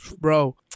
Bro